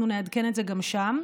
אנחנו נעדכן את זה גם שם,